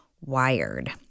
Wired